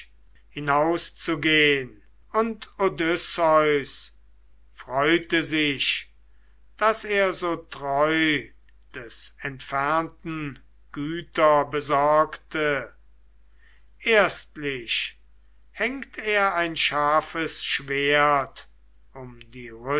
hinauszugehn und odysseus freute sich daß er so treu des entfernten güter besorgte erstlich hängt er ein scharfes schwert um die